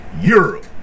Europe